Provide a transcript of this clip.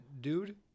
dude